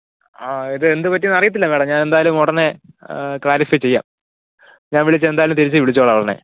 ആ ഇതെന്തുപറ്റി എന്നറിയത്തില്ല മാഡം ഞാൻ എന്തായാലും ഉടനെ ക്ലാരിഫൈ ചെയ്യാം ഞാൻ വിളിക്കാം എന്തായാലും തിരിച്ച് വിളിച്ചോളാം ഉടനെ